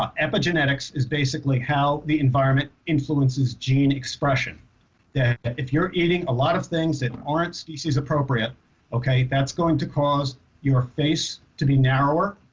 um epigenetics is basically how the environment influences gene expression that if you're eating a lot of things that aren't species-appropriate okay that's going to cause your face to be narrower